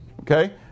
Okay